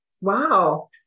wow